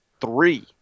three